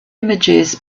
images